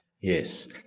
yes